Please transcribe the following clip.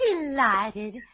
Delighted